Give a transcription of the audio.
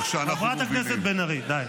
חברת הכנסת בן ארי, די.